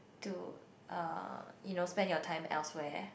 to uh you know spend your time elsewhere